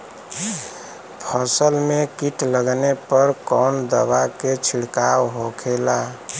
फसल में कीट लगने पर कौन दवा के छिड़काव होखेला?